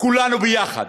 כולנו ביחד,